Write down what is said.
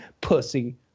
pussy